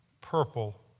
purple